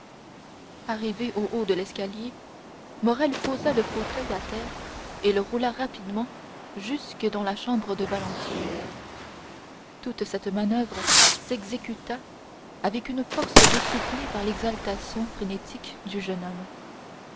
arrivé au haut de l'escalier morrel posa le fauteuil à terre et le roula rapidement jusque dans la chambre de valentine toute cette manoeuvre s'exécuta avec une force décuplée par l'exaltation frénétique du jeune homme